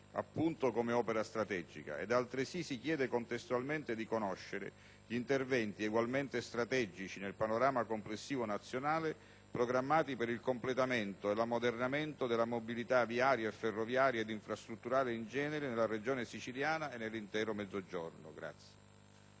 Messina come opera strategica e si chiede contestualmente di conoscere gli interventi, egualmente strategici nel panorama complessivo nazionale, programmati per il completamento e l'ammodernamento della mobilità viaria, ferroviaria ed infrastrutturale in genere nella Regione siciliana e nell'intero Mezzogiorno.